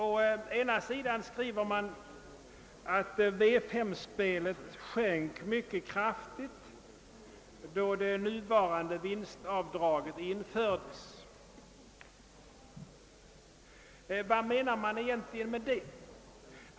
Emellertid skriver utskottet att V-5-spelet sjönk mycket kraftigt, då det nuvarande vinstavdraget infördes. Vad menar egent ligen utskottet med det?